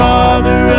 Father